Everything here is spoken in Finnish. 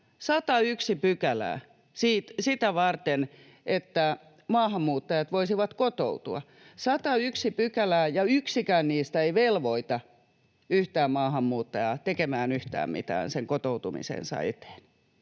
101 pykälää sitä varten, että maahanmuuttajat voisivat kotoutua. 101 pykälää, ja yksikään niistä ei velvoita yhtään maahanmuuttajaa tekemään yhtään mitään sen kotoutumisensa eteen.